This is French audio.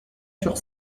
sur